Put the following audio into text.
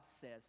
says